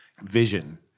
vision